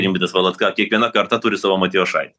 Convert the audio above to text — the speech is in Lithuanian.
rimvydas valatka kiekviena karta turi savo matjošaitį